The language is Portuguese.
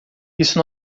isso